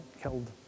killed